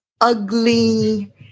ugly